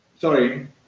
Sorry